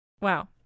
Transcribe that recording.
Wow